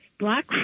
Black